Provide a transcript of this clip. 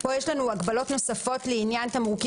פה יש לנו הגבלות נוספות לעניין תמרוקים